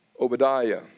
Obadiah